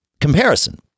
Comparison